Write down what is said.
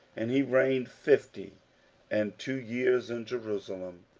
and he reigned fifty and two years in jerusalem.